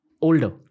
Older